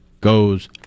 goes